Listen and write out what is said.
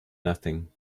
nothing